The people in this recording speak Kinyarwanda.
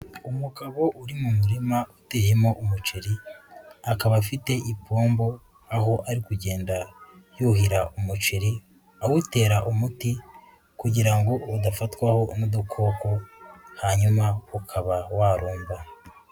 Umugabo uri mu murima uteyemo umuceri, akaba afite ipombo, aho ari kugenda yuhira umuceri, awutera umuti kugira ngo udafatwaho n'udukoko, hanyuma ukaba warumba.